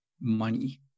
money